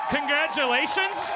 Congratulations